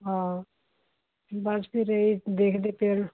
ਹਾਂ ਬਸ ਫਿਰ ਇਹ ਦੇਖਦੇ ਪਏ ਹੈ ਨਾ